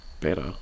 better